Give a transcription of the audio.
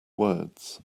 words